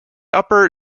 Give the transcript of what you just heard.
upper